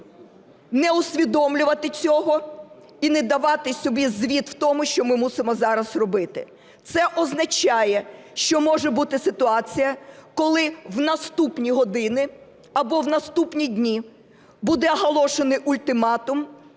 не усвідомлювати цього і не давати собі звіт в тому, що ми мусимо з вами робити. Це означає, що може бути ситуація, коли в наступні години або в наступні дні буде оголошений ультиматум